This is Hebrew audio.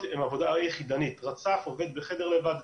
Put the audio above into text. היא עבודה יחידנית רצף עובד בחדר לבד,